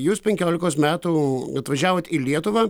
jūs penkiolikos metų atvažiavot į lietuvą